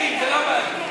מתן שירותים באולמי שמחות,